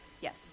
Yes